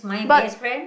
but